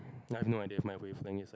I have no idea what my wavelength is